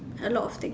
a lot of thing